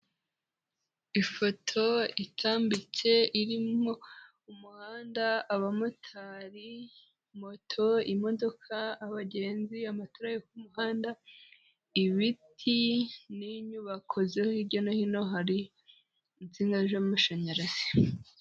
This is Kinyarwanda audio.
Ifoto itambitse irimo umuhanda, abamotari, moto, imodoka, abagenzi, amatara ku muhanda, ibiti n'inyubako ziri hirya no hino hari izina ry'amashanyarazi.